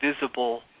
visible